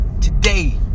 Today